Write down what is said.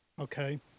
okay